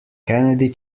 kennedy